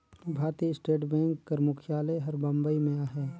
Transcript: भारतीय State Bank कर मुख्यालय हर बंबई में अहे